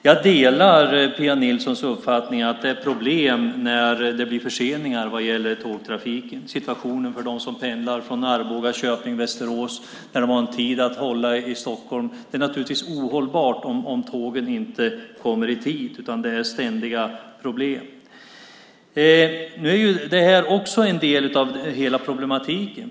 Jag delar Pia Nilssons uppfattning att det är problem när det blir förseningar i tågtrafiken. Situationen för dem som pendlar från Arboga, Köping och Västerås till Stockholm och har en tid att passa är naturligtvis ohållbar om tågen inte kommer i tid och det är ständiga problem. Nu är detta också en del av hela problematiken.